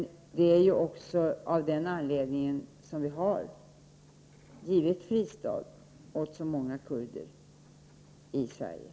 Det är också av den anledningen som så många kurder har fått en fristad i Sverige.